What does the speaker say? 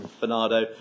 Bernardo